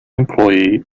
employee